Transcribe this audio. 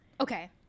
okay